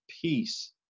peace